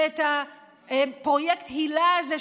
ואת פרויקט היל"ה הזה,